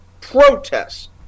protests